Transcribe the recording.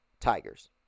Tigers